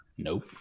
Nope